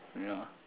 ya